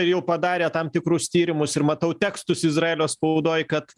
ir jau padarė tam tikrus tyrimus ir matau tekstus izraelio spaudoj kad